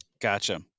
Gotcha